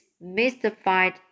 mystified